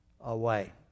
away